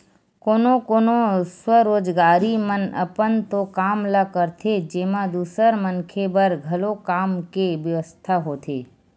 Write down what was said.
कोनो कोनो स्वरोजगारी मन अपन तो काम ल करथे जेमा दूसर मनखे बर घलो काम के बेवस्था होथे